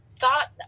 thought